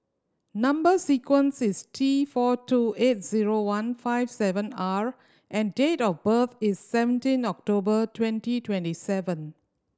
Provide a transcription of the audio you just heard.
number sequence is T four two eight zero one five seven R and date of birth is seventeen October twenty twenty seven